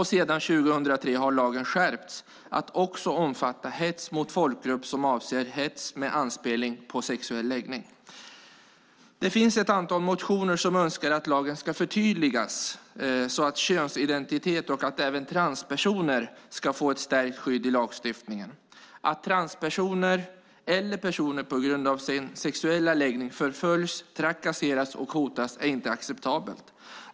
Sedan 2003 har lagen skärpts till att nu också omfatta hets mot folkgrupp som avser hets med anspelning på sexuell läggning. Det finns ett antal motioner där man önskar att lagen ska förtydligas så att könsidentitet och även transpersoner ska få ett stärkt skydd i lagstiftningen. Att transpersoner eller personer på grund av sin sexuella läggning förföljs, trakasseras och hotas är inte acceptabelt.